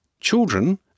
Children